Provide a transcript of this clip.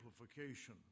amplification